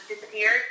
disappeared